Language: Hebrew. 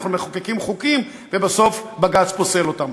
אנחנו מחוקקים חוקים ובסוף בג"ץ פוסל אותם.